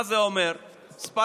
מה זה אומר מספרית?